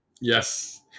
Yes